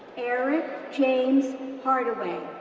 eric james hardaway,